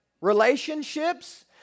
relationships